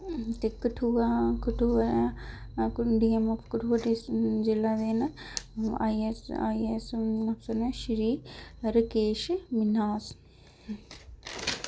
ते कठुआ कठुआ ते कठुआ जिला दे न आईएस आईएस न श्री राकेश मन्हास